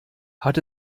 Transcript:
hat